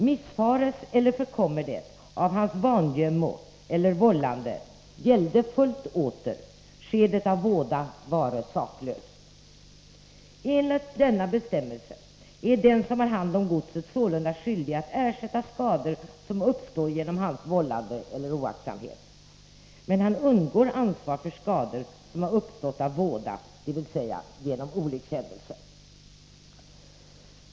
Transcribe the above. Missfares, eller förkommer det, av hans vangömmo, eller vållande; gälde fullt åter. Sker det av våda; vare saklös.” Enligt denna bestämmelse är den som har hand om godset sålunda skyldig att ersätta skador som uppstår genom hans vållande eller oaktsamhet. Men han undgår ansvar för skador som har uppstått av våda, dvs. genom olyckshändelse.